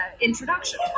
introduction